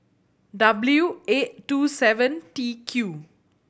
W eight two seven T Q